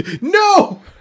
No